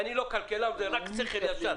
אני לא כלכלן אלא רק עם שכל ישר.